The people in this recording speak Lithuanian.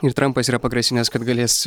ir trampas yra pagrasinęs kad galės